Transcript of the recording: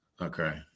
Okay